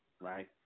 right